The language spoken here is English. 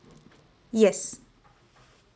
yes